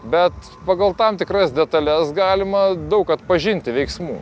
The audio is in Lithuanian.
bet pagal tam tikras detales galima daug atpažinti veiksmų